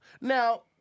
Now